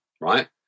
right